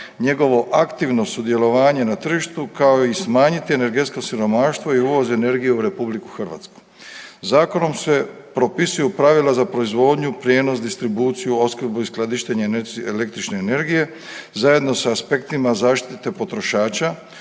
njegovo aktivno sudjelovanje na tržištu, kao i smanjiti energetsko siromaštvo i uvoz energije u RH. Zakonom se propisuju pravila za proizvodnju, prijenos, distribuciju, opskrbu i skladištenje električne energije zajedno s aspektima zaštite potrošača